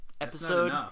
episode